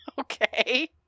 Okay